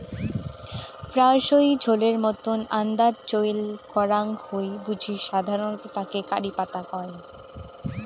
প্রায়শই ঝোলের মতন আন্দাত চইল করাং হই বুলি সাধারণত তাক কারি পাতা কয়